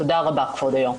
תודה רבה, כבוד היושב-ראש.